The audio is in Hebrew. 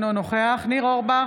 אינו נוכח ניר אורבך,